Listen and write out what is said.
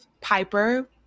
Piper